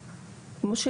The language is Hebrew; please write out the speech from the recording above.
כאמור,